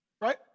right